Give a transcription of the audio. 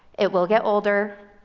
it will get older,